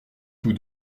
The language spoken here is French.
tous